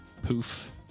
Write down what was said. poof